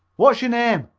what's your name?